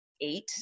eight